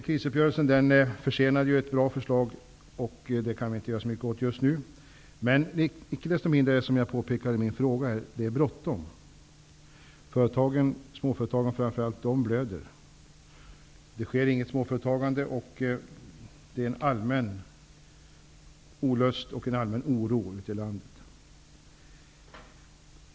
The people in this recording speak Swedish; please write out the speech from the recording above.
Krisuppgörelsen försenar ett bra förslag, och det kan vi inte göra så mycket åt just nu. Det är, som jag påpekade i min fråga, icke desto mindre bråttom. Företagen, speciellt småföretagen, blöder. Småföretagen klarar sig dåligt, och en allmän olust och en allmän oro råder ute i landet.